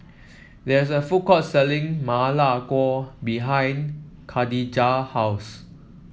there is a food court selling Ma Lai Gao behind Kadijah house